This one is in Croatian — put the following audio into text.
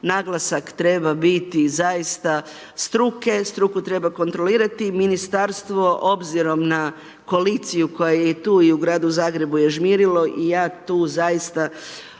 naglasak treba biti zaista struke, struku treba kontrolirati, ministarstvo obzirom na koaliciju koja je i tu i u gradu Zagrebu je žmirilo i ja tu zaista